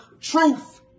truth